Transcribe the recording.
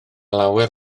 lawer